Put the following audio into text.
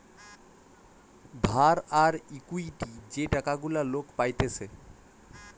ধার আর ইকুইটি যে টাকা গুলা লোক পাইতেছে